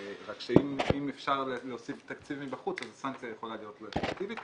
רק שאם אפשר להוסיף תקציבים בחוץ אז הסנקציה יכולה להיות לא אפקטיבית.